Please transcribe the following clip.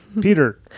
Peter